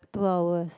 two hours